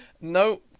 No